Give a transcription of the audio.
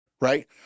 Right